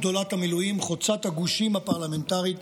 שדולת המילואים חוצת הגושים הפרלמנטריים,